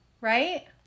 right